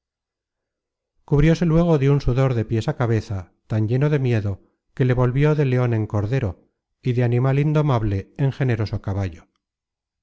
tierra cubriose luego de un sudor de piés á cabeza tan lleno de miedo que le volvió de leon en cordero y de animal indomable en generoso caballo